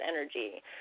energy